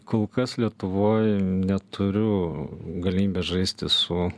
kol kas lietuvoj neturiu galimybės žaisti su